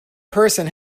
person